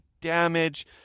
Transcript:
damage